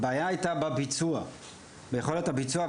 הבעיה הייתה ביכולת הביצוע.